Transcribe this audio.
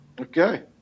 Okay